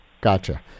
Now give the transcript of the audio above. Gotcha